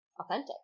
authentic